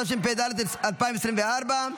התשפ"ד 2024,